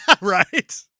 Right